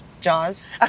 Jaws